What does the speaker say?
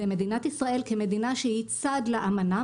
ומדינת ישראל כמדינה שהיא צד לאמנה,